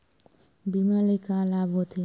बीमा ले का लाभ होथे?